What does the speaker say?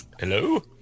Hello